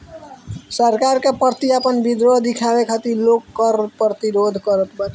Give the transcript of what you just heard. सरकार के प्रति आपन विद्रोह दिखावे खातिर लोग कर प्रतिरोध करत बाटे